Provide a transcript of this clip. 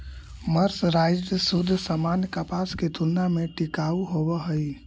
mercerised सूत सामान्य कपास के तुलना में टिकाऊ होवऽ हई